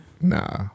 Nah